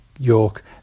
York